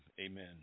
Amen